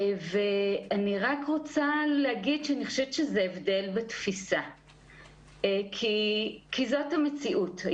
אני חושבת שזה הבדל בתפיסה כי זאת המציאות.